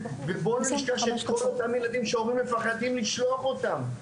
ובואו לא נשכח את כל אותם ילדים שההורים מפחדים לשלוח אותם.